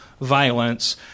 violence